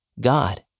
God